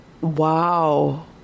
Wow